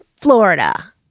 Florida